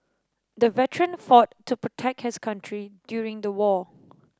the veteran fought to protect his country during the war